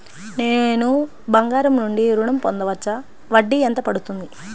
నేను బంగారం నుండి ఋణం పొందవచ్చా? వడ్డీ ఎంత పడుతుంది?